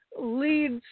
leads